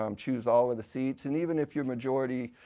um choose all of the seats. and even if your majority